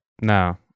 No